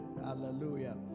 hallelujah